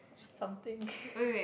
something